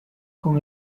con